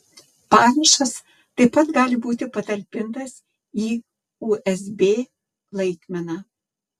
parašas taip pat gali būti patalpintas į usb laikmeną